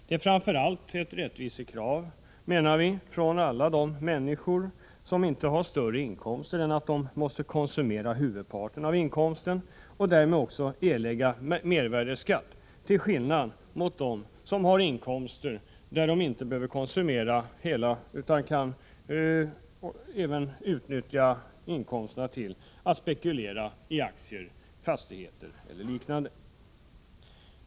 Det är framför allt ett rättvisekrav, menar vi, från alla de människor som inte har större inkomster än att de måste konsumera huvudparten av inkomsten och därmed också erlägga mervärdeskatt till skillnad från dem som har inkomster som de inte behöver konsumera helt utan även kan utnyttja inkomsterna till att spekulera i aktier, fastigheter och liknande.